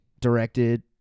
directed